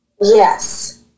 yes